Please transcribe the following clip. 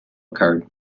occurred